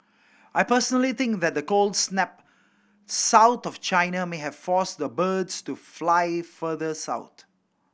I personally think that the cold snap south of China may have forced the birds to fly further sought